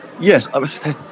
yes